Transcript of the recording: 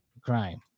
crime